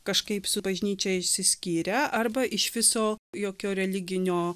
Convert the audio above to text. kažkaip su bažnyčia išsiskyrę arba iš viso jokio religinio